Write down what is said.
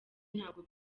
ntabwo